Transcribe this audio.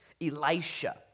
elisha